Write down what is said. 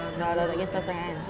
dah tak kisah sangat kan